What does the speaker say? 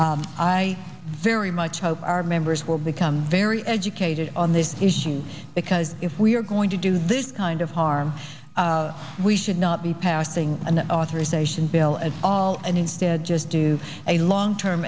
and i very much hope our members will become very educated on this issue because if we are going to do this kind of harm we should not be passing an authorization bill at all and instead just do a long term